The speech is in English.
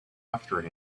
after